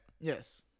Yes